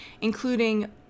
including